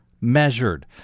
measured